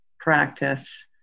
practice